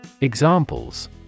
Examples